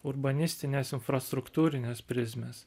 urbanistinės infrastruktūrinės prizmės